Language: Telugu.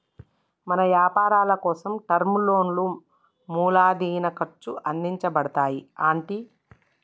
మన యపారాలకోసం టర్మ్ లోన్లా మూలదిన ఖర్చు అందించబడతాయి అంటి